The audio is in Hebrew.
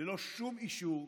ללא שום אישור,